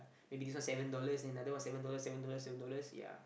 maybe this one seven dollars another one seven dollars seven dollars ya